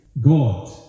God